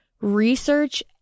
research